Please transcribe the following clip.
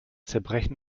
zerbrechen